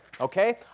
Okay